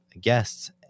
guests